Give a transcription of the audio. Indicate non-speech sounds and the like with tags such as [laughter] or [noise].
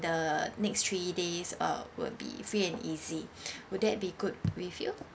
the next three days uh would be free and easy [breath] would that be good with you